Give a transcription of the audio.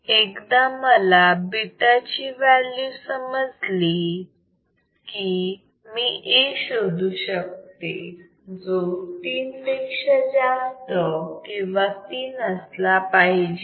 एकदा मला β ची व्हॅल्यू समजली की मी A शोधू शकते जो 3 पेक्षा जास्त किंवा 3 असला पाहिजे